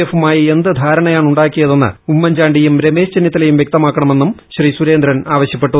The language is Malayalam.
എഫുമായി എന്ത് ധാരണയാണ് ഉണ്ടാക്കിയതെന്ന് ഉമ്മൻചാണ്ടിയും രമേശ് ചെന്നിത്തലയും വ്യക്തമാക്കണമെന്നും ശ്രീ സുരേന്ദ്രൻ ആവശ്യപ്പെട്ടു